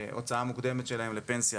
והוצאה מוקדמת שלהן לפנסיה